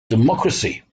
democracy